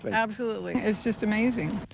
but absolutely. it's just amazing.